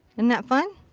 and that fun?